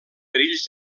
perills